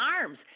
arms